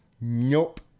Nope